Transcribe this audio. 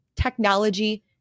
technology